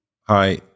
hi